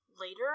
later